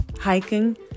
hiking